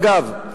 אגב,